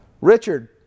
Richard